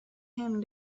him